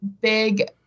big